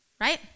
right